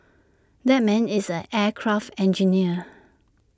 that man is an aircraft engineer